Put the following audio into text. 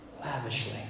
lavishly